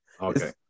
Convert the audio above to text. Okay